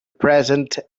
present